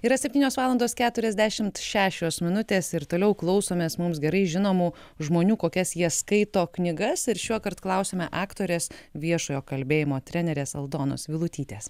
yra septynios valandos keturiasdešimt šešios minutės ir toliau klausomės mums gerai žinomų žmonių kokias jie skaito knygas ir šiuokart klausiame aktorės viešojo kalbėjimo trenerės aldonos vilutytės